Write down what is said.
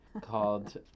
called